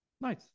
Nice